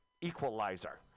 equalizer